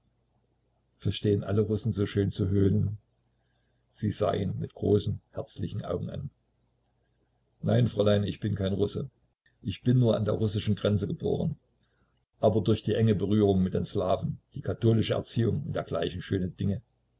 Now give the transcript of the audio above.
verstehen alle russen so schön zu höhnen sie sah ihn mit großen herzlichen augen an nein fräulein ich bin kein russe ich bin nur an der russischen grenze geboren aber durch die enge berührung mit den slaven die katholische erziehung und dergleichen schöne dinge